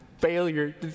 failure